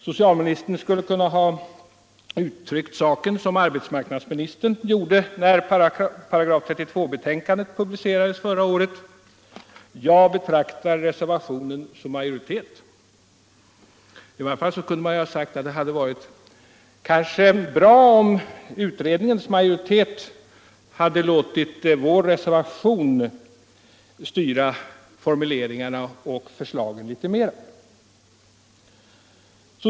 Socialministern kunde ha uttryckt saken som arbetsmarknadsministern gjorde när § 32-betänkandet publicerades förra året: ”Jag betraktar reservationen som majoritet.” I varje fall kunde man ha sagt att det kanske hade varit bra om utredningens majoritet hade låtit vår reservation styra formuleringarna och förslagen litet mer.